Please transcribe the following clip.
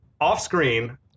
off-screen